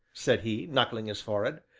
said he, knuckling his forehead,